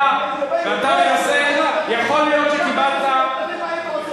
זה לא מעניין.